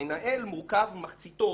המנהל מורכב מחציתו